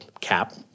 cap